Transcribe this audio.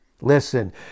Listen